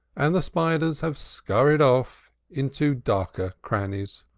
and the spiders have scurried off into darker crannies.